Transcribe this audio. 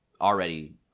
Already